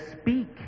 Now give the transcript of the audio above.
speak